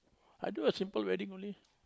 I do a simple wedding only